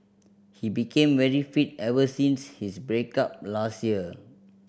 he became very fit ever since his break up last year